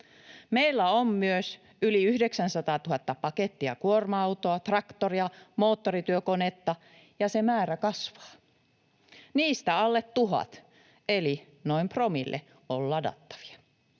Meillä on myös yli 900 000 paketti- ja kuorma-autoa, traktoria, moottorityökonetta, ja se määrä kasvaa. Niistä alle 1 000, eli noin promille, on ladattavia.